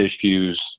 issues